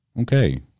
okay